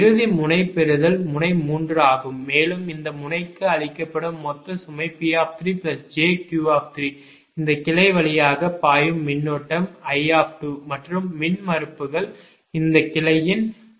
இறுதி முனை பெறுதல் முனை 3 ஆகும் மேலும் இந்த முனைக்கு அளிக்கப்படும் மொத்த சுமை P3jQ இந்த கிளை வழியாக பாயும் மின்னோட்டம் I மற்றும் மின்மறுப்புகள் இந்த கிளையின் r jx ஆகும்